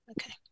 Okay